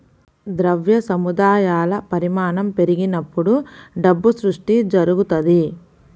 ద్రవ్య సముదాయాల పరిమాణం పెరిగినప్పుడు డబ్బు సృష్టి జరుగుతది